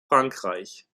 frankreich